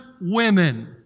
women